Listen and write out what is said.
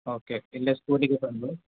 okay ಇಲ್ಲೇ ಸ್ಕೂಲಿಗೆ ಬಂದು